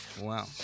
Wow